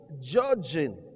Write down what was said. judging